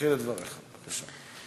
תתחיל את דבריך בבקשה.